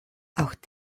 auch